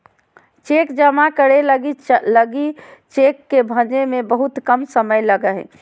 cheque जमा करे लगी लगी चेक के भंजे में बहुत कम समय लगो हइ